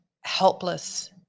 helpless